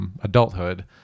Adulthood